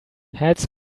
heads